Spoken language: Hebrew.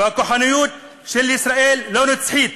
והכוחניות של ישראל לא נצחית,